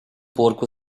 porco